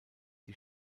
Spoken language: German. die